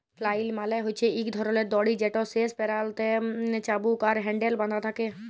flail মালে হছে ইক ধরলের দড়ি যেটর শেষ প্যারালতে চাবুক আর হ্যাল্ডেল বাঁধা থ্যাকে